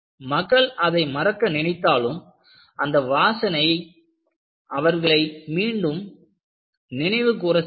மக்கள் அதை மறக்க நினைத்தாலும் அந்த வாசனை அவர்களை மீண்டும் நினைவு கூற செய்தது